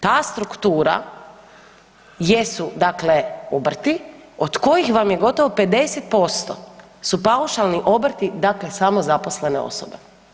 Ta struktura jesu dakle obrti od kojih vam je gotovo 50% su paušalni obrti, dakle samozaposlene osobe.